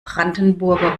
brandenburger